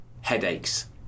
headaches